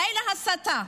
די להסתה.